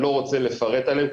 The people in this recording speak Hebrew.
אני לא רוצה לפרט עליהם,